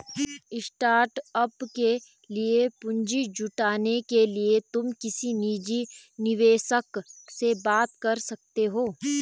startup के लिए पूंजी जुटाने के लिए तुम किसी निजी निवेशक से बात कर सकते हो